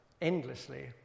endlessly